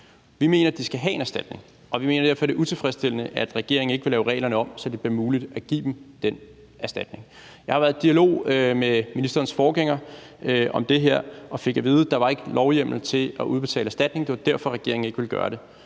Vi mener, at de skal have en erstatning, og vi mener derfor, det er utilfredsstillende, at regeringen ikke vil lave reglerne om, så det bliver muligt at give dem den erstatning. Jeg har jo været i dialog med ministerens forgænger om det her og fik at vide, at der ikke var lovhjemmel til at udbetale erstatning, og det var derfor, regeringen ikke ville gøre det.